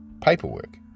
paperwork